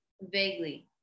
Vaguely